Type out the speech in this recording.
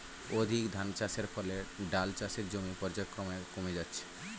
অধিক ধানচাষের ফলে ডাল চাষের জমি পর্যায়ক্রমে কমে যাচ্ছে